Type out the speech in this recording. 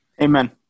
Amen